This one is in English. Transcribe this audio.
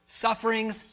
sufferings